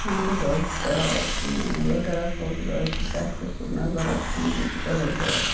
ଯେଉଁଠି ରହିଛି ତାହାର ମୂଳ ଡାଳ କେଉଁଠି ରହିଛି ତାହାର ସେ ପୁର୍ନବାର ପୁଣି ଜୀବିତ ହୋଇଯାଏ